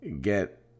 get